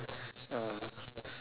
uh